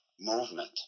movement